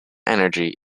energy